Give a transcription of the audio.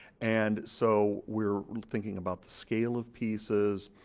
and so we're thinking about the scale of pieces,